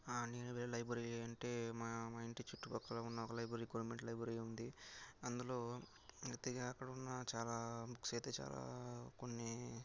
నేను వెళ్లే లైబ్రరీ అంటే మా మా ఇంటి చుట్టుపక్కల ఉన్న ఒక లైబ్రరీ అంటే కొండమిట్ట లైబ్రరీ ఉంది అందులో అతిగా అక్కడున్న చాలా బుక్స్ అయితే చాలా కొన్ని